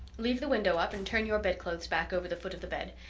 leave the window up and turn your bedclothes back over the foot of the bed.